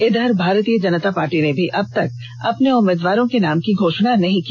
इधर भारतीय जनता पार्टी ने भी अबतक अपने उम्मीदवार के नाम की घोषणा नहीं की